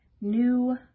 new